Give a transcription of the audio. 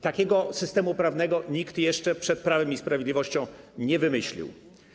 Takiego systemu prawnego nikt jeszcze przed Prawem i Sprawiedliwością nie wymyślił.